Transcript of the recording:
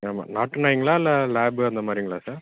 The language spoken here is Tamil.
ஆமா நாட்டு நாய்ங்களா இல்லை லேபு அந்த மாரிங்களா சார்